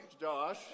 Josh